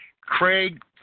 Craig